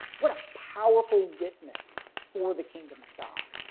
what a powerful witness for the kingdom of god.